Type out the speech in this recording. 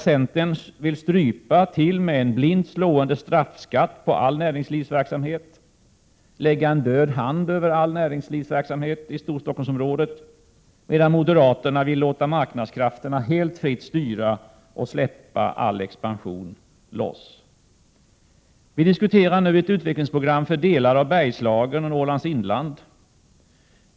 Centern vill införa en blint slående straffskatt på all näringslivsverksamhet och lägga en död hand över all näringslivsverksamhet i Storstockholmsområdet, medan moderaterna vill låta marknadskrafterna styra helt fritt och släppa all expansion loss. Vi diskuterar nu ett utvecklingsprogram för delar av Bergslagen och Norrlands inland.